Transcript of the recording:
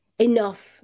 enough